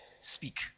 speak